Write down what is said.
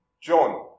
John